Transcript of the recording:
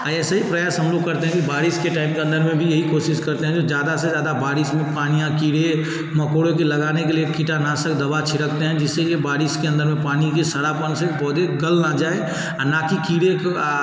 ऐसे ही प्रयास हम लोग करते हैं कि बारिश के टाइम के अंदर में भी यही कोशिश करते हैं जो ज़्यादा से ज़्यादा बारिश में पानी में या कीड़े मकोड़ों की लगाने के लिए कीटनाशक दवा छिड़कते हैं जिससे कि बारिश के अंदर में पानी की सड़ापन से पौधे गल न जाए और ना कि कीड़े